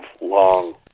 long